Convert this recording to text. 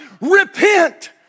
repent